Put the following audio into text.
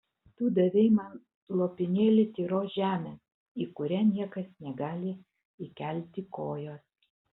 tu davei man lopinėlį tyros žemės į kurią niekas negali įkelti kojos